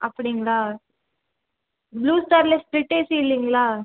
அப்படிங்களா ப்ளூ ஸ்டாரில் split AC இல்லைங்களா